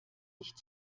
nicht